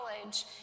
college